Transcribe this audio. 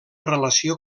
relació